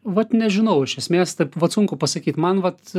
vat nežinau iš esmės taip vat sunku pasakyt man vat